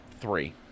three